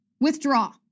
withdraw